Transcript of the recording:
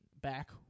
back